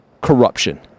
corruption